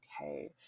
okay